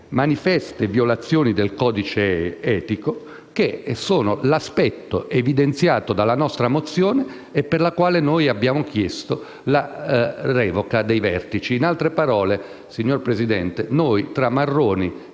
manifeste violazioni del codice etico, che sono l'aspetto evidenziato dalla nostra mozione e per il quale abbiamo chiesto la revoca dei vertici. In altre parole, signor Presidente, tra Marroni